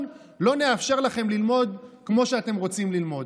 לא נאפשר לכם ללמוד כמו שאתם רוצים ללמוד.